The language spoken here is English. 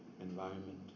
environment